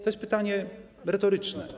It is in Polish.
To jest pytanie merytoryczne.